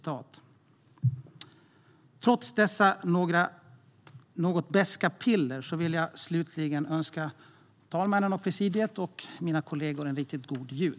Trots dessa något beska piller vill jag slutligen önska talmannen, presidiet och mina kollegor en riktigt god jul.